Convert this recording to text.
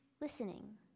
listening